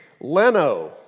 Leno